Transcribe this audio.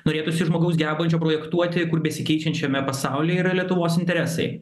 norėtųsi žmogaus gebančio projektuoti besikeičiančiame pasaulyje yra lietuvos interesai